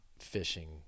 fishing